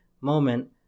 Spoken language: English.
moment